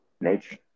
nature